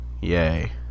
Yay